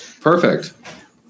perfect